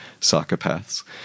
psychopaths